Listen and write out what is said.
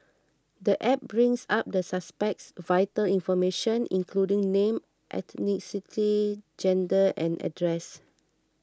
the app brings up the suspect's vital information including name ethnicity gender and address